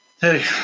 Hey